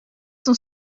sont